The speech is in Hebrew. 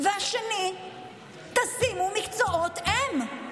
2. תשימו מקצועות אם.